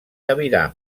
aviram